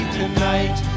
tonight